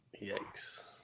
Yikes